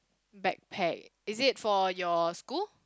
bag pack is it for your school